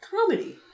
comedy